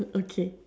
okay